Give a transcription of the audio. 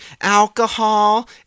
alcohol